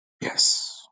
Yes